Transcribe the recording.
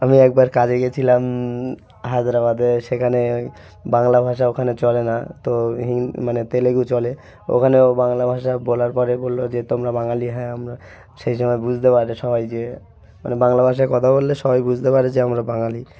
আমি একবার কাজে গিয়েছিলাম হায়দ্রাবাদে সেখানে বাংলা ভাষা ওখানে চলে না তো হি মানে তেলুগু চলে ওখানেও বাংলা ভাষা বলার পরে বলল যে তোমরা বাঙালি হ্যাঁ আমরা সেই সময় বুঝতে পারে সবাই যে মানে বাংলা ভাষায় কথা বললে সবাই বুঝতে পারে যে আমরা বাঙালি